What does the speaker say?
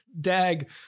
dag